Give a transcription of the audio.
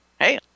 hey